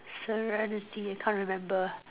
serenity I can't remember